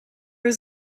was